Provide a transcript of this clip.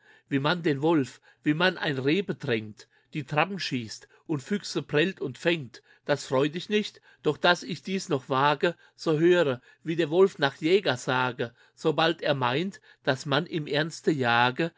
wie man den wolf wie man ein reh bedrengt die trappen schießt und füchse prellt und fängt das freut dich nicht doch das ich dies noch wage so höre wie der wolf nach jägersage sobald er meine dass man im ernste jage